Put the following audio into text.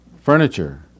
furniture